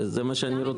ובזה אני רוצה לטפל.